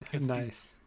Nice